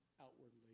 outwardly